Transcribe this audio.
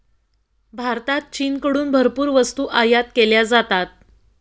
भारतात चीनकडून भरपूर वस्तू आयात केल्या जातात